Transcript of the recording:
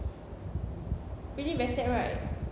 really very sad right